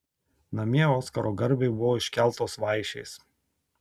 namie oskaro garbei buvo iškeltos vaišės